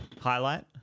highlight